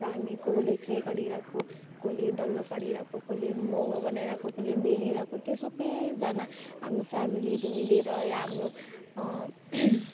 र हामी कसले के गरिरहेको कसैले डल्लो पारिरहेको कसैले मोमो बनाइरहेको कसैले बेलिरहेको त्यो सबैजना हाम्रो फ्यामिलीहरू मिलेर या हाम्रो